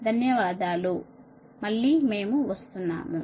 ధన్యవాదాలు మళ్ళీ మేము వస్తున్నాము